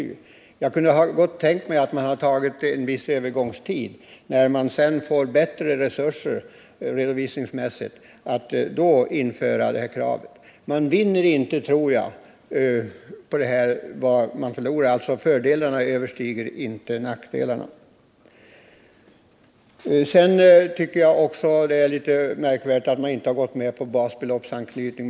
Jag hade gott kunnat tänka mig att man fastställer en viss övergångstid om några år för att sedan införa det här kravet när de redovisninsmässiga resurserna förbättrats. Fördelarna med förslaget överstiger inte nackdelarna. Jag tycker också att det är litet märkligt att man inte har gått med på basbeloppsanknytning.